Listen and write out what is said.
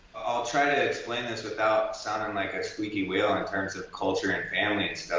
i'll try to explain this without sounding like a squeaky wheel in terms of culture and family and stuff